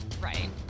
right